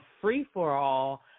free-for-all